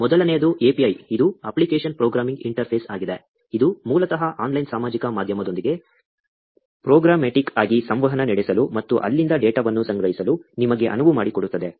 ಮೊದಲನೆಯದು API ಇದು application programming interface ಆಗಿದೆ ಇದು ಮೂಲತಃ ಆನ್ಲೈನ್ ಸಾಮಾಜಿಕ ಮಾಧ್ಯಮದೊಂದಿಗೆ ಪ್ರೋಗ್ರಾಮ್ಯಾಟಿಕ್ ಆಗಿ ಸಂವಹನ ನಡೆಸಲು ಮತ್ತು ಅಲ್ಲಿಂದ ಡೇಟಾವನ್ನು ಸಂಗ್ರಹಿಸಲು ನಿಮಗೆ ಅನುವು ಮಾಡಿಕೊಡುತ್ತದೆ